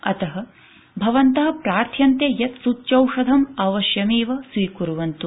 अतः भवन्तः प्रार्थ्यन्ते यत् सूच्यौषधम् अवश्यमेव स्वीकुर्वन्तु